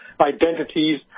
identities